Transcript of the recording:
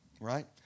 right